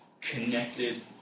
connected